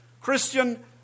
Christian